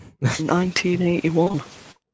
1981